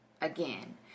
again